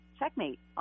checkmate